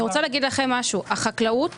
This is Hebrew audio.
החקלאות